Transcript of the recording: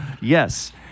yes